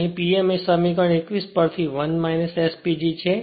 અહીં Pm એ સમીકરણ 21 પરથી 1 S PG છે